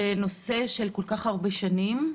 זה נושא של כל כך הרבה שנים,